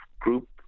group